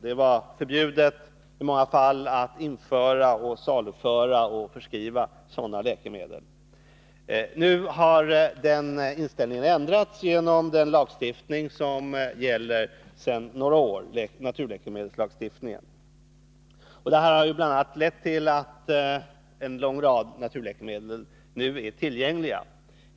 Det var i många fall förbjudet att införa, saluföra och beskriva sådana läkemedel. Nu har den inställningen ändrats genom den lagstiftning som gäller sedan några år — naturläkemedelslagstiftningen. Detta har bl.a. lett till att en lång rad naturläkemedel nu är tillgngliga.